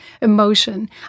emotion